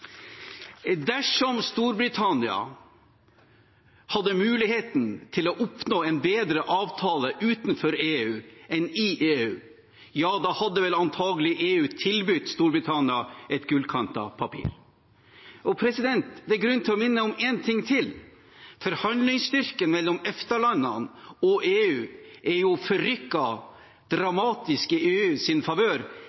Dersom Storbritannia hadde muligheten til å oppnå en bedre avtale utenfor EU enn innenfor EU, hadde vel antakelig EU tilbudt Storbritannia et gullkantet papir. Og det er grunn til å minne om én ting til: Forhandlingsstyrken mellom EFTA-landene og EU er jo